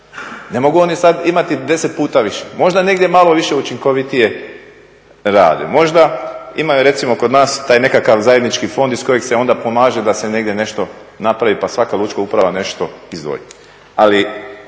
Ne mogu oni sada imati deset puta više. Možda negdje malo više učinkovitije rade, možda imaju recimo kod nas taj nekakav zajednički fond iz kojeg se onda pomaže da se negdje nešto napravi pa svaka lučka uprava nešto izdvoji.